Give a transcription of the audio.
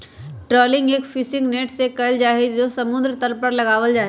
trawling एक fishing net से कइल जाहई जो समुद्र तल पर लगावल जाहई